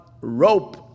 rope